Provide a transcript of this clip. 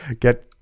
get